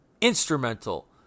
instrumental